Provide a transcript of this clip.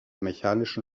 mechanischen